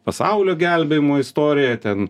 pasaulio gelbėjimo istorija ten